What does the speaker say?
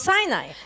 Sinai